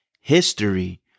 history